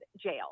jail